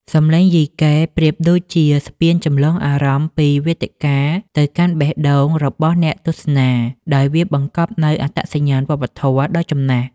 សំឡេងយីកេប្រៀបដូចជាស្ពានចម្លងអារម្មណ៍ពីវេទិកាទៅកាន់បេះដូងរបស់អ្នកទស្សនា ដោយវាបង្កប់នូវអត្តសញ្ញាណវប្បធម៌ដ៏ចំណាស់។